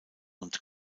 und